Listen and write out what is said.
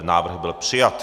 Návrh byl přijat.